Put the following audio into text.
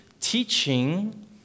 teaching